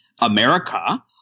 America